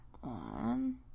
one